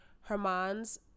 Herman's